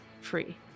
free